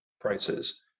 prices